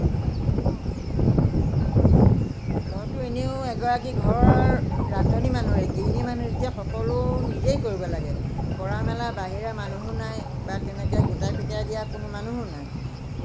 মইতো এনেও এগৰাকী ঘৰৰ ৰান্ধনী মানুহেই গৃহিণী মানুহেই যেতিয়া সকলো নিজেই কৰিব লাগে কৰা মেলা ঘৰুৱা মানুহো নাই বা তেনেকুৱা গোটাই পিতাই দিয়া কোনো মানুহো নাই